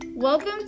Welcome